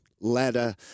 ladder